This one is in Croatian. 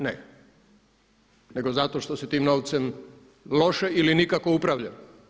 Ne, nego zato što se tim novcem loše ili nikako upravlja.